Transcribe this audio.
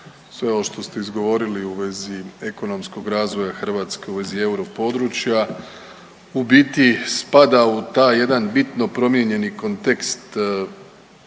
sve ovo što ste izgovorili u vezi ekonomskog razvoja Hrvatske, u vezi europodručja u biti spada u taj jedan bitno promijenjeni kontekst